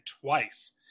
twice